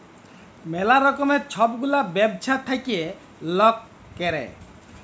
ম্যালা রকমের ছব গুলা ব্যবছা থ্যাইকে লক ক্যরে